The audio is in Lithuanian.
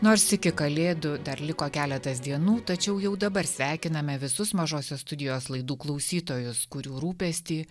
nors iki kalėdų dar liko keletas dienų tačiau jau dabar sveikiname visus mažosios studijos laidų klausytojus kurių rūpestį